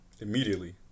Immediately